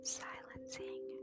silencing